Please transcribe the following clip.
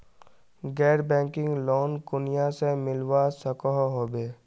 गैर banking loan कुनियाँ से मिलवा सकोहो होबे?